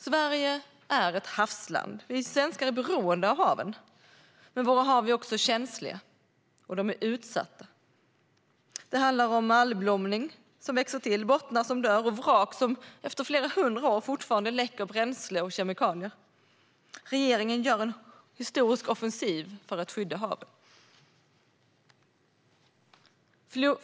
Sverige är ett havsland. Vi svenskar är beroende av haven. Men våra hav är också känsliga och utsatta. Det handlar om algblomningen, som växer till, bottnar som dör och vrak som efter flera hundra år fortfarande läcker bränsle och kemikalier. Regeringen gör en historisk offensiv för att skydda haven.